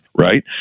right